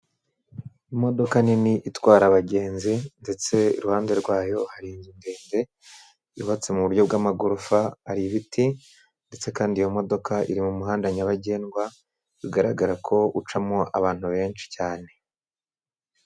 Imodoka nini itwara abagenzi ndetse iruhande rwayo hari inzu ndende yubatse mu buryo bw'amagorofa, hari ibiti ndetse kandi iyo modoka iri mu muhanda nyabagendwa, bigaragara ko ucamo abantu benshi cyane.